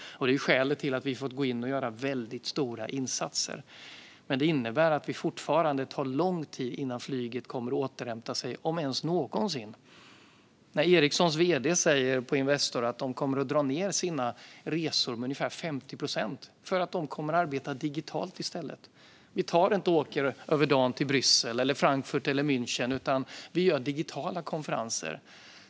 Det är skälet till att vi har fått gå in och göra väldigt stora insatser. Men det innebär att det fortfarande tar lång tid innan flyget kommer att återhämta sig, om ens någonsin. Ericssons vd har sagt att de kommer att dra ned på sina resor med ungefär 50 procent, därför att de kommer att arbeta digitalt i stället. Vi åker inte över dagen till Bryssel, Frankfurt eller München, utan vi har digitala konferenser.